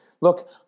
look